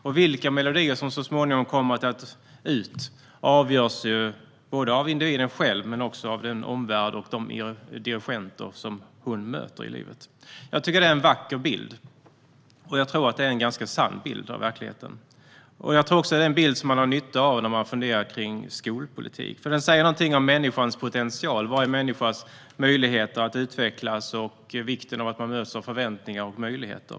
Och vilka melodier som så småningom kommer ut avgörs förstås både av individen själv och av den omvärld och de dirigenter som man möter i livet. Jag tycker att det är en vacker bild, och jag tror att det är en ganska sann bild av verkligheten. Det är också en bild som man har nytta av när man funderar över skolpolitik. Den säger något om varje människas potential att utvecklas och vikten av att man möts av förväntningar och möjligheter.